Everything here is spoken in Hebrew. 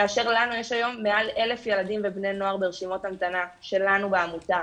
כאשר לנו יש היום מעל 1,000 ילדים ובני נוער ברשימות המתנה שלנו בעמותה.